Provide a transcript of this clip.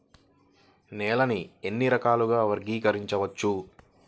నేలని ఎన్ని రకాలుగా వర్గీకరించవచ్చు?